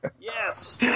Yes